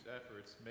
efforts